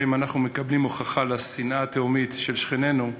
שבהם אנחנו מקבלים הוכחה לשנאה התהומית של שכנינו,